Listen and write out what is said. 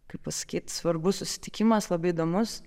kaip pasakyt svarbus susitikimas labai įdomus